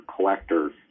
collectors